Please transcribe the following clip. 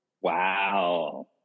Wow